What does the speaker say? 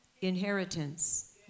Inheritance